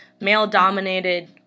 male-dominated